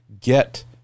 get